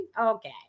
okay